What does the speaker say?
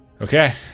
Okay